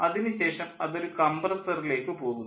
അതിനുശേഷം അതൊരു കംപ്രസ്സറിലേക്ക് പോകുന്നു